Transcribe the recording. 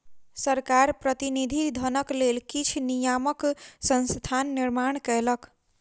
सरकार प्रतिनिधि धनक लेल किछ नियामक संस्थाक निर्माण कयलक